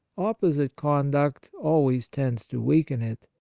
opposite conduct always tends to weaken it,